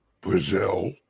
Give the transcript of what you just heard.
brazil